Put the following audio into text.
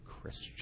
Christian